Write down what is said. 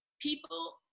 people